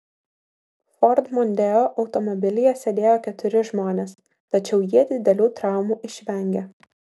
ford mondeo automobilyje sėdėjo keturi žmonės tačiau jie didelių traumų išvengė